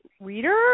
reader